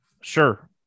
sure